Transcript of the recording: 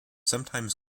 sometimes